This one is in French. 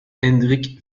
hendrik